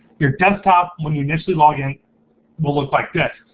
your desktop when you initially log in will look like this.